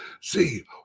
See